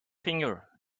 finger